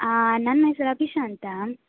ನನ್ನ ಹೆಸ್ರು ಅಬಿಶಾ ಅಂತ